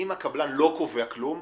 הכוונה שאם הקבלן לא קובע כלום,